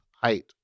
height